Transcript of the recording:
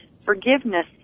Forgiveness